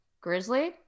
Grizzly